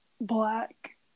black